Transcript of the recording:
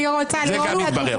אני רוצה לראות את הדוגמה.